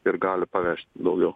ir gali pavežti daugiau